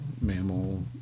mammal